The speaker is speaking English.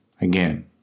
again